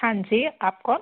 हाँ जी आप कौन